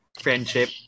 friendship